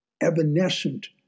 evanescent